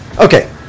Okay